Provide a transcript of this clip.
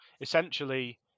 essentially